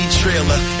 trailer